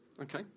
Okay